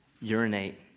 urinate